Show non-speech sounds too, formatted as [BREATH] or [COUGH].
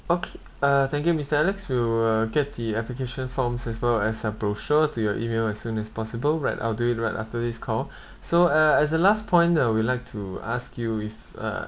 okay uh thank you mister alex we will uh get the application forms as well as the brochure to your email as soon as possible right I'll do it right after this call [BREATH] so uh as the last point I would like to ask you if uh